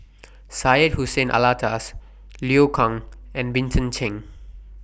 Syed Hussein Alatas Liu Kang and Vincent Cheng